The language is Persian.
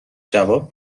جواب